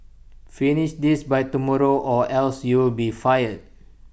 finish this by tomorrow or else you'll be fired